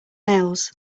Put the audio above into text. nails